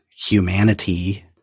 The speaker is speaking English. humanity